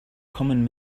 common